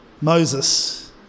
Moses